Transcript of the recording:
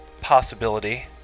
possibility